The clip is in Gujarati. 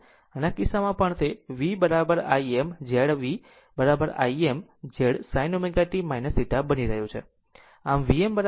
આમ આ કિસ્સામાં પણ તે v Im Z v Im Z sin ω t θ બની રહ્યું છે